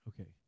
okay